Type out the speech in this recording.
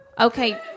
Okay